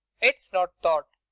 it's not thought.